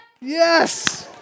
yes